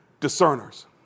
discerners